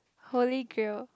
holy grail